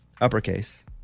Uppercase